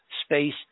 space